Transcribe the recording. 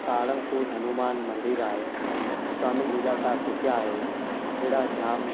सारंगपुर हनुमान मंदरु आहे स्वामी लीला साह कुटिया आहे अहिड़ा जाम